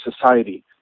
society